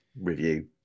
review